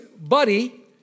buddy